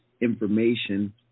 information